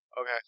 Okay